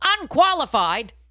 unqualified